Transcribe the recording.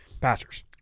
pastors